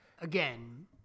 Again